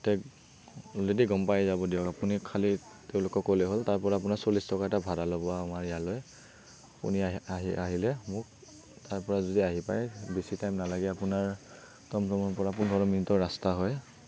সিহঁতে অলৰেদি গম পাই যাব দিয়ক আপুনি খালী তেওঁলোকক ক'লেই হ'ল তাৰপৰা আপোনাৰ চল্লিশ টকা এটা ভাড়া ল'ব আমাৰ ইয়ালৈ আপুনি আহিলে মোক তাৰপৰা যদি আহি পায় বেছি টাইম নালাগে আপোনাৰ টমটমৰ পৰা পোন্ধৰ মিনিটৰ ৰাস্তা হয়